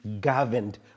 governed